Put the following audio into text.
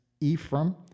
Ephraim